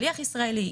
שליח ישראלי,